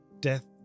death